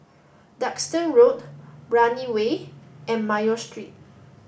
Duxton Road Brani Way and Mayo Street